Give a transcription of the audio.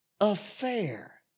affair